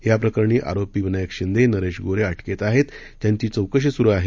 या प्रकरणी आरोपी विनायक शिंदे नरेश गोरे अटकेत आहेत त्यांची चौकशी सुरू आहे